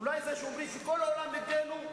אולי זה שאומרים שכל העולם נגדנו,